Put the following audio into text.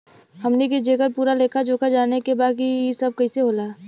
हमनी के जेकर पूरा लेखा जोखा जाने के बा की ई सब कैसे होला?